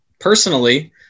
Personally